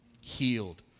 healed